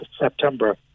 September